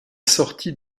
sortie